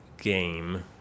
game